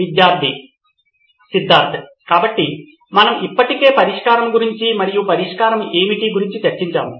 విద్యార్థి సిద్ధార్థ్ కాబట్టి మనం ఇప్పటికే పరిష్కారం గురించి మరియు పరిష్కారం ఏమిటి గురించి చర్చించాము